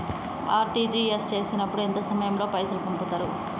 RTGS చేసినప్పుడు ఎంత సమయం లో పైసలు పంపుతరు?